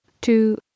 two